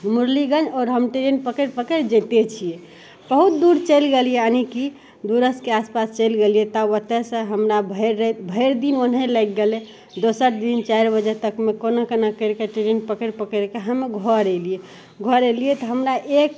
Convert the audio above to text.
मुरलीगञ्ज आओर हम ट्रेन पकैड़ि पकैड़ि जइतै छियै बहुत दूर चैलि गेलियै यानि कि दूरस्थके आसपास चैलि गेलियै तब ओतै सँ हमरा भैरि राति भैर दिन ओनिहें लागि गेलै दोसर दिन चारि बजे तकमे कोना कोना करि कऽ ट्रेन पकैड़ि पकैड़िके हम घर अयलियै घर अयलियै तऽ हमरा एक